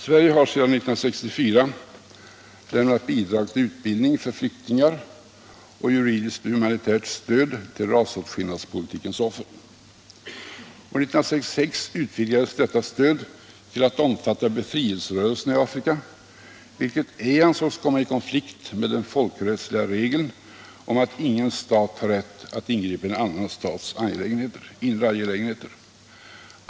Sverige har sedan 1964 lämnat bidrag till utbildning för flyktingar och till juridiskt och humanitärt stöd till rasåtskillnadspolitikens offer. År 1969 utvidgades detta stöd till att omfatta befrielserörelserna i Afrika, vilket ej ansågs komma i konflikt med den folkrättsliga regeln om att ingen stat har rätt att ingripa i en annan stats inre angelägenheter.